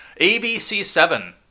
ABC7